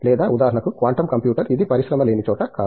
లేదా ఉదాహరణకు quantum computer ఇది పరిశ్రమ లేని చోట కాదు